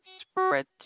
spread